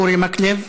אורי מקלב,